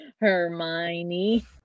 Hermione